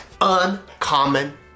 Uncommon